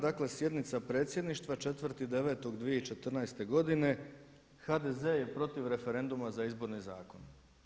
Dakle, sjednica Predsjedništva 4.9.2014. godine HDZ je protiv referenduma za Izborni zakon.